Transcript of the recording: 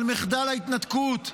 על מחדל ההתנתקות,